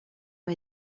ont